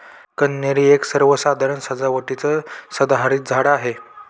कन्हेरी एक सर्वसाधारण सजावटीचं सदाहरित झाड आहे